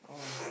oh